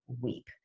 weep